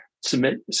submit